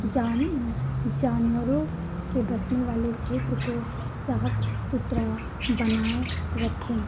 जान जानवरों के बसने वाले क्षेत्र को साफ सुथरा बनाए रखें